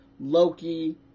Loki